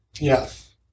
Yes